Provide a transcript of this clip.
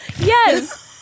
Yes